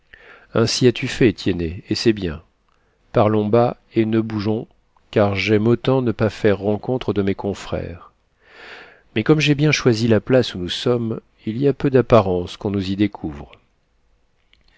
ainsi as-tu fait tiennet et c'est bien parlons bas et ne bougeons car j'aime autant ne pas faire rencontre de mes confrères mais comme j'ai bien choisi la place où nous sommes il y a peu d'apparence qu'on nous y découvre